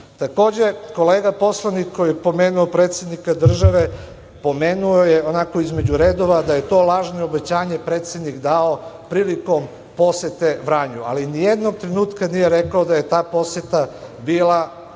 biomasu. Takođe, kolega poslanik koji je pomenuo predsednika države, pomenuo je onako između redova da je to lažno obećanje predsednik dao prilikom posete Vranju, ali nijednog trenutka nije rekao da je ta poseta bila